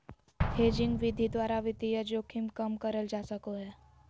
hedging विधि द्वारा वित्तीय जोखिम कम करल जा सको हय